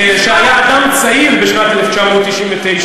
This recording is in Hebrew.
שהיה אדם צעיר בשנת 1999,